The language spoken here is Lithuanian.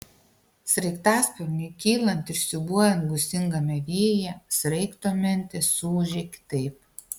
sraigtasparniui kylant ir siūbuojant gūsingame vėjyje sraigto mentės suūžė kitaip